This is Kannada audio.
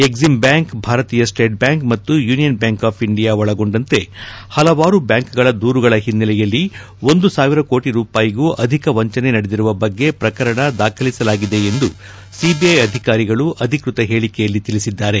ಎಕ್ಲಿಮ್ ಬ್ಡಾಂಕ್ ಭಾರತೀಯ ಸ್ಸೇಟ್ ಬ್ಲಾಂಕ್ ಮತ್ತು ಯೂನಿಯನ್ ಬ್ಲಾಂಕ್ ಆಫ್ ಇಂಡಿಯಾ ಒಳಗೊಂಡಂತೆ ಹಲವಾರು ಬ್ಲಾಂಕ್ಗಳ ದೂರುಗಳ ಹಿನ್ನೆಲೆಯಲ್ಲಿ ಒಂದು ಸಾವಿರ ಕೋಟ ರೂಪಾಯಿಗೂ ಅಧಿಕ ವಂಚನೆ ನಡೆದಿರುವ ಬಗ್ಗೆ ಪ್ರಕರಣ ದಾಖಲಿಸಲಾಗಿದೆ ಎಂದು ಸಿಬಿಐ ಅಧಿಕಾರಿಗಳು ಅಧಿಕೃತ ಹೇಳಿಕೆಯಲ್ಲಿ ತಿಳಿಸಿದ್ದಾರೆ